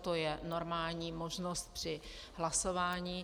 To je normální možnost při hlasování.